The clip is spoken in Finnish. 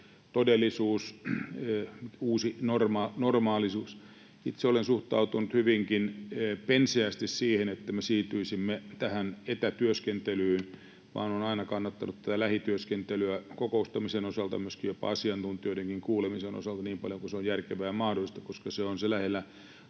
todellisuus, uusi normaalisuus. Itse olen suhtautunut hyvinkin penseästi siihen, että me siirtyisimme tähän etätyöskentelyyn, vaan olen aina kannattanut tätä lähityöskentelyä kokoustamisen osalta, myöskin jopa asiantuntijoiden kuulemisen osalta niin paljon kuin se on järkevää ja mahdollista, koska se lähellä